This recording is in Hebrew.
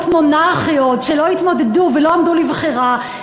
מונרכיות שלא התמודדו ולא עמדו לבחירה.